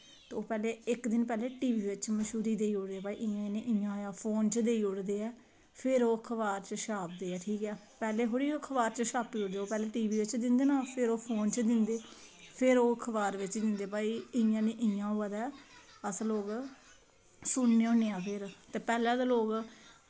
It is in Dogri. ते ओह् इक्क दिन पैह्लें टीवी च मशहूरी देई ओड़दे की इंया ते फोन च बी देई ओड़दे ऐ ते फिर ओह् अखबार च छापदे ऐ पैह्लें थोह्ड़ी ते ओह् देई ओड़दे पैह्लें ओह् अखबार च दिंदे ऐ फिर ओह् अखबार च दिंदे की भई इंया निं इंया होआ दा ऐ अस लोक सुनने आं फिर ते पैह्लें आह्ले लोक